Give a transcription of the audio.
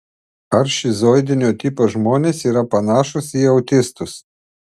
ar šizoidinio tipo žmonės yra panašūs į autistus